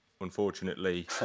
unfortunately